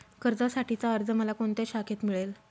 कर्जासाठीचा अर्ज मला कोणत्या शाखेत मिळेल?